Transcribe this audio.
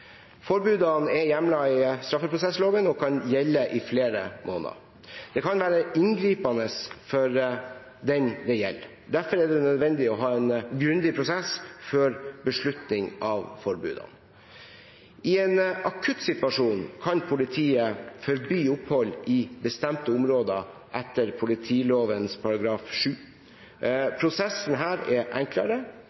Forbudene er hjemlet i straffeprosessloven og kan gjelde i flere måneder. Det kan være inngripende for den det gjelder. Derfor er det nødvendig å ha en grundig prosess før beslutning av forbudene. I en akuttsituasjon kan politiet forby opphold i bestemte områder etter